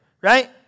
right